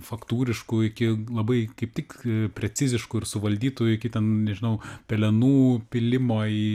faktūriškų iki labai kaip tik preciziškų ir suvaldytų iki ten nežinau pelenų pylimo į